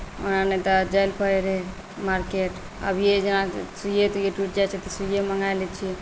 ओना नहि तऽ जाइ लेल पड़ैत रहै मार्केट आब इएह जेना सुइए तुइए टुटि जाइत छै तऽ सुइए मङ्गा लैत छियै